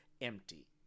empty